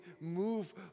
move